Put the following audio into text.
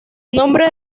nombre